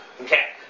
Okay